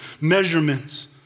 measurements